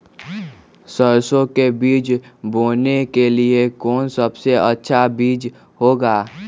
सरसो के बीज बोने के लिए कौन सबसे अच्छा बीज होगा?